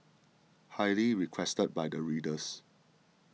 highly requested by the readers